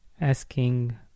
asking